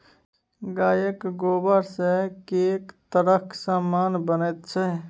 गायक गोबरसँ कैक तरहक समान बनैत छै